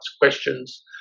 questions